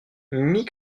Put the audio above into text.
mis